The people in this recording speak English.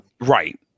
Right